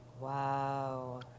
Wow